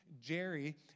Jerry